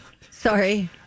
Sorry